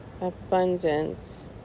abundance